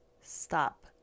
stop